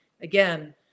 Again